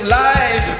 life